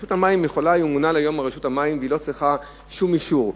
רשות המים ממונה על המים והיא לא צריכה שום אישור,